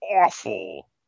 awful